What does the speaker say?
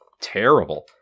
terrible